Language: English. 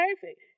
perfect